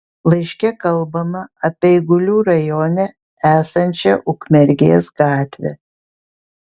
laiške kalbama apie eigulių rajone esančią ukmergės gatvę